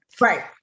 right